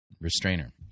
Restrainer